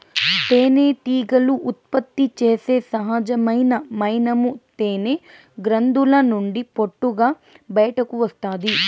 తేనెటీగలు ఉత్పత్తి చేసే సహజమైన మైనము తేనె గ్రంధుల నుండి పొట్టుగా బయటకు వస్తాది